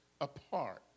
apart